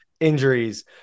injuries